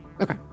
okay